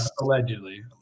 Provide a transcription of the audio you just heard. Allegedly